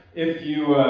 if you